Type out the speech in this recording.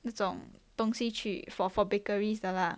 那种东西去 for for bakeries 的 lah